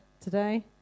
today